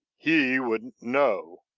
he wouldn't know.